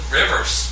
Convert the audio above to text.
rivers